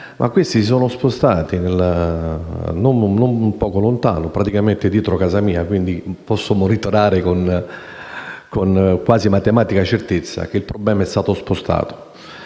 però, si sono spostati poco lontano, praticamente dietro casa mia. Quindi, posso testimoniare con quasi matematica certezza che il problema è stato solo spostato.